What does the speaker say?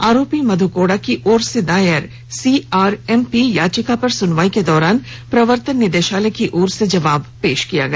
आरोपी मध्य कोड़ा की ओर से दायर सीआरएमपी याचिका पर सुनवाई के दौरान प्रवर्तन निदेशालय की ओर से जवाब पेश किया गया